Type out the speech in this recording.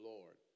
Lord